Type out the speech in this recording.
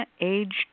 Age